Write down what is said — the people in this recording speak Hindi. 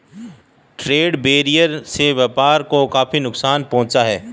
ट्रेड बैरियर से व्यापार को काफी नुकसान पहुंचता है